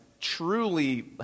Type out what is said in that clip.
truly